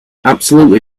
absolutely